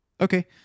okay